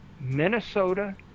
Minnesota